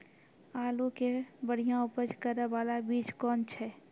आलू के बढ़िया उपज करे बाला बीज कौन छ?